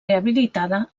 rehabilitada